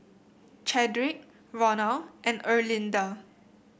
Chadrick Ronal and Erlinda